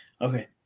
Okay